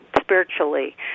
spiritually